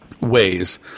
ways